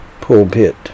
pulpit